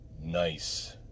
nice